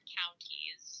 counties